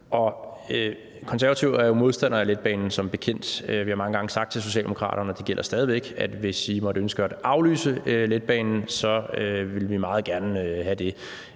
jo som bekendt modstander af letbanen. Vi har mange gange sagt til Socialdemokratiet, og det gælder stadig væk, at hvis de måtte ønske at aflyse letbanen, vil vi meget gerne have det.